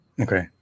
Okay